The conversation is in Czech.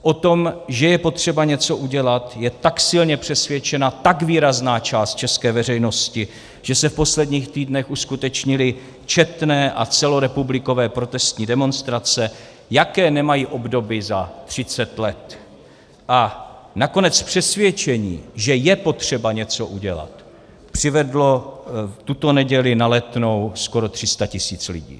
O tom, že je potřeba něco udělat, je tak silně přesvědčena tak výrazná část české veřejnosti, že se v posledních týdnech uskutečnily četné a celorepublikové protestní demonstrace, jaké nemají obdoby za 30 let, a nakonec přesvědčení, že je potřeba něco udělat, přivedlo tuto neděli na Letnou skoro 300 tisíc lidí.